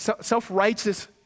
Self-righteous